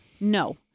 No